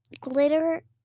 glitter